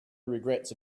regrets